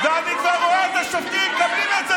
אני כבר רואה את השופט עם המשקפיים, אל תפריעו.